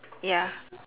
ya